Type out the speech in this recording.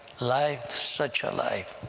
life, such a life.